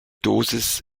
dosis